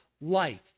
life